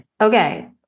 Okay